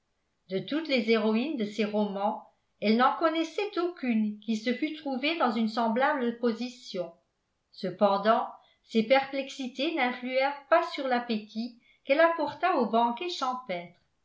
de toutes les héroïnes de ses romans elle n'en connaissait aucune qui se fût trouvée dans une semblable position cependant ses perplexités n'influèrent pas sur l'appétit qu'elle apporta au banquet champêtre